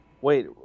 Wait